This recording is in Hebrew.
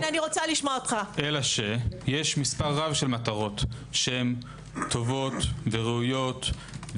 אלא שיש מספר רב של מטרות שהן טובות וראויות.